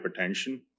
hypertension